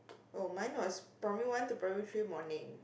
oh mine was primary one to primary three morning